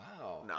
wow